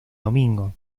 domingo